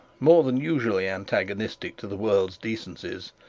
more than usually antagonistic to the world's decencies,